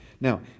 Now